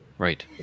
Right